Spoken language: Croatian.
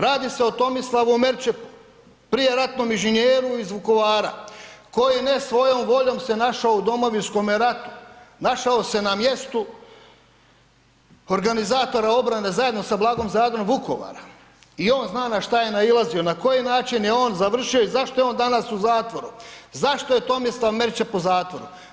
Radi se o Tomislavu Merčepu, prijeratnom inženjeru iz Vukovara koji ne svojom voljom se našao u Domovinskome ratu, našao se na mjestu organizatora obrane zajedno sa Blagom Zadrom Vukovara i on zna na šta je nailazio, na koji način je on završio i zašto je on danas u zatvoru, zašto je Tomislav Merčep u zatvoru?